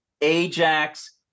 Ajax